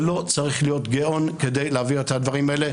ולא צריך להיות גאון כדי להעביר את הדברים האלה.